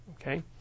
Okay